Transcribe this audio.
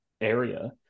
area